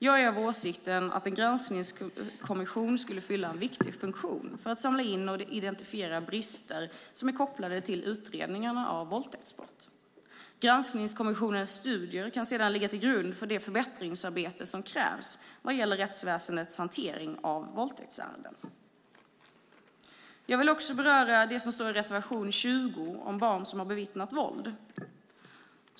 Jag är av åsikten att en granskningskommission skulle fylla en viktig funktion för att samla in och identifiera brister som är kopplade till utredningarna av våldtäktsbrott. Granskningskommissionens studier kan sedan ligga till grund för det förbättringsarbete som krävs vad gäller rättsväsendets hantering av våldtäktsärenden. Jag vill även beröra det som står i reservation 20 om barn som har bevittnat våld.